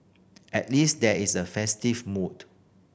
at least there is a festive mood